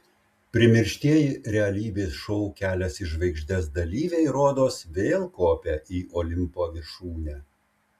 primirštieji realybės šou kelias į žvaigždes dalyviai rodos vėl kopia į olimpo viršūnę